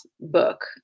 book